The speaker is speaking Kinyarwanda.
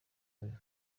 live